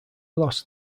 lost